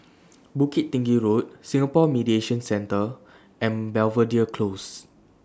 Bukit Tinggi Road Singapore Mediation Centre and Belvedere Closes